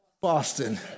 Boston